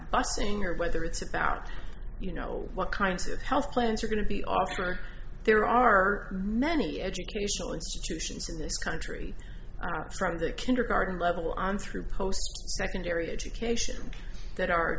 busing or whether it's about you know what kinds of health plans are going to be offered there are many educational institutions in this country are part of the kindergarten level and through post secondary education that are